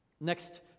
Next